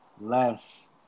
less